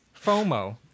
FOMO